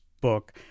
book